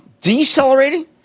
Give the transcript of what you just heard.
decelerating